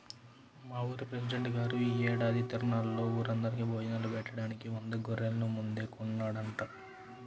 మా ఊరి పెసిడెంట్ గారు యీ ఏడాది తిరునాళ్ళలో ఊరందరికీ భోజనాలు బెట్టడానికి వంద గొర్రెల్ని ముందే కొన్నాడంట